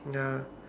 ya